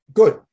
good